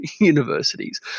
universities